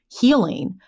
healing